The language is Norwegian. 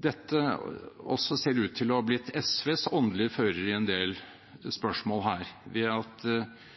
dette ser ut til å ha blitt SVs åndelige fører i en del spørsmål her, ved at